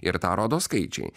ir tą rodo skaičiai